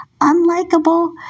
unlikable